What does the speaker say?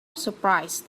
surprised